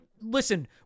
listen